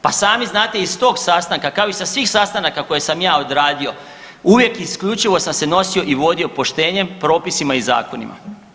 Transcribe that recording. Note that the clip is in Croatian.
Pa sami znate i s tog sastanka kao i sa svih sastanaka koje sam ja odradio uvijek isključivo sam se nosio i vodio poštenjem, propisima i zakonima.